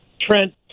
Trent